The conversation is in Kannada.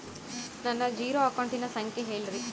ನನ್ನ ಜೇರೊ ಅಕೌಂಟಿನ ಸಂಖ್ಯೆ ಹೇಳ್ರಿ?